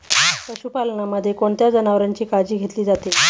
पशुपालनामध्ये कोणत्या जनावरांची काळजी घेतली जाते?